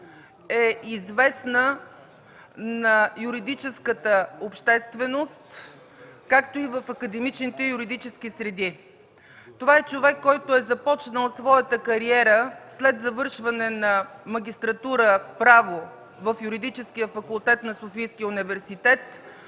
е известна на юридическата общественост, както и в академичните и юридически среди. Това е човек, който е започнал своята кариера след завършване на магистратура „Право” в Юридическия факултет на Софийския университет